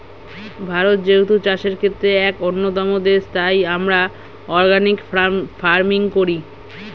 ভারত যেহেতু চাষের ক্ষেত্রে এক অন্যতম দেশ, তাই আমরা অর্গানিক ফার্মিং করি